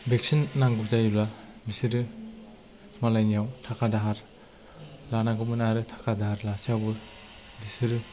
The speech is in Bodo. भेक्सिन नांगौ जायोब्ला बिसोरो मालायनियाव थाखा दाहार लानांगौमोन आरो थाखा दाहार लासेयावबो बिसोरो